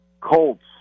Colts